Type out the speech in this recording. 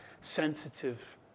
sensitive